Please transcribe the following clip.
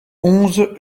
onze